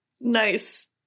nice